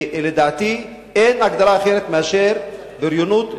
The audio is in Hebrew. ולדעתי אין הגדרה אחרת מאשר בריונות דיפלומטית.